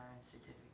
certificate